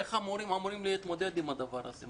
איך המורים אמונים להתמודד עם הדבר הזה?